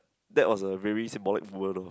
that was a very symbolic word